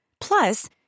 Plus